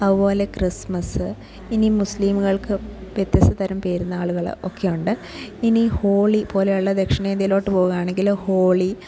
അതുപോലെ ക്രിസ്മസ് ഇനി മുസ്ലിമുകൾക്ക് വ്യത്യസ്തതരം പെരുന്നാളുകൾ ഒക്കെയുണ്ട് ഇനി ഹോളി പോലെയുള്ള ദക്ഷിണേന്ത്യയിലോട്ട് പോവുകയാണെങ്കിൽ ഹോളി